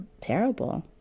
terrible